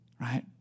right